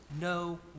no